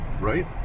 right